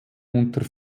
unter